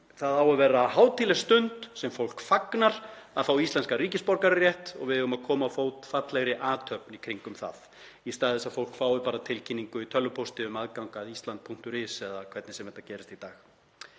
Það á að vera hátíðleg stund sem fólk fagnar að fá íslenskan ríkisborgararétt og við eigum að koma á fót fallegri athöfn í kringum það, í stað þess að fólk fái bara tilkynningu í tölvupósti um aðgang að Ísland.is eða hvernig sem þetta gerist í dag.